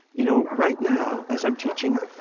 you know, right now as i'm teaching,